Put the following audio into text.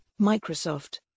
Microsoft